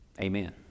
Amen